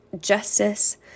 justice